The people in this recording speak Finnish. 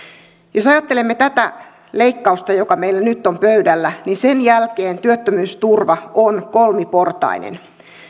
jos ajattelemme tätä leikkausta joka meillä nyt on pöydällä niin sen jälkeen työttömyysturva on kolmiportainen